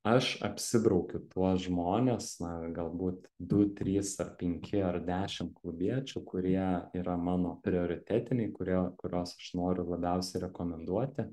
aš apsibraukiu tuos žmones na galbūt du trys ar penki ar dešim klubiečių kurie yra mano prioritetiniai kurie kuriuos aš noriu labiausiai rekomenduoti